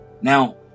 now